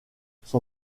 son